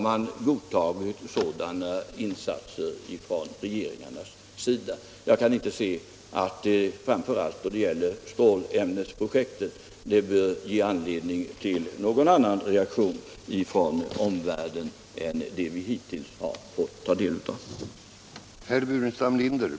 Jag kan inte se att framför allt stålämnesprojektet bör ge anledning till någon annan reaktion från omvärlden än vad vi hittills har fått del av.